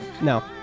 No